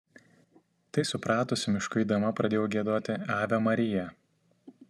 tai supratusi mišku eidama pradėjau giedoti ave maria